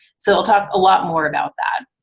so, i'll talk a lot more about that.